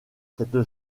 cette